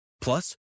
Plus